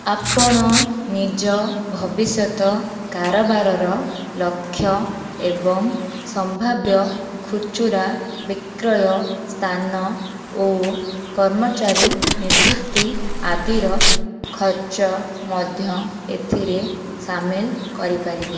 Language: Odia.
ଆପଣ ନିଜ ଭବିଷ୍ୟତ କାରବାରର ଲକ୍ଷ୍ୟ ଏବଂ ସମ୍ଭାବ୍ୟ ଖୁଚୁରା ବିକ୍ରୟ ସ୍ଥାନ ଓ କର୍ମଚାରୀ ନିଯୁକ୍ତି ଆଦିର ଖର୍ଚ୍ଚ ମଧ୍ୟ ଏଥିରେ ସାମିଲ କରିପାରିବେ